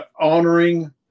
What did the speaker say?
honoring